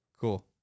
Cool